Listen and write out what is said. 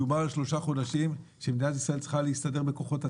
מדבר על שלושה חודשים שבהם מדינת ישראל צריכה להסתדר בכוחות עצמה.